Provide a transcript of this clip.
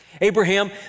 Abraham